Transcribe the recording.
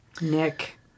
Nick